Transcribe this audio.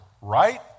Right